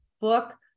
Book